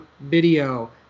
Video